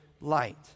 light